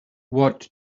what